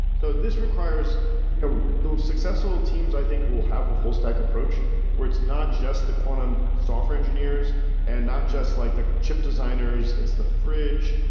so this requires you know those successful teams i think will have a full stack approach where it's not just the quantum software engineers and not just like the chip designers, it's the fridge.